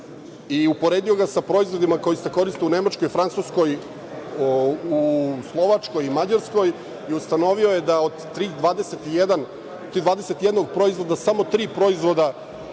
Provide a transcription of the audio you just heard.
i uporedio ga sa proizvodima koji se koriste u Nemačkoj, Francuskoj, Slovačkoj i Mađarskoj. Ustanovio je da od 21 proizvoda samo tri proizvoda